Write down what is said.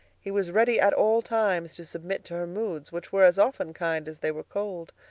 he was ready at all times to submit to her moods, which were as often kind as they were cold.